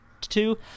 two